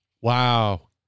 Wow